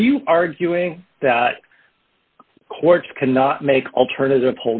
are you arguing that courts cannot make alternative